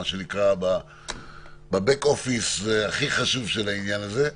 מה שנקרא ב"בק אופיס" הכי חשוב של העניין הזה,